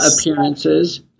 appearances